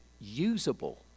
usable